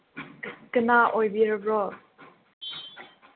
ꯀꯅꯥ ꯑꯣꯏꯕꯤꯔꯕ꯭ꯔꯣ